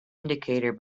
indicator